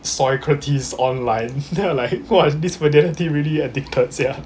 socrates online then I like !wah! this fidelity really addicted sia